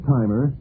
Timer